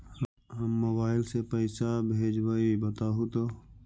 हम मोबाईल से पईसा भेजबई बताहु तो?